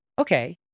okay